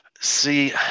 See